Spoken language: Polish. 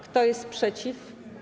Kto jest przeciw?